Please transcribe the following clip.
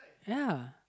ya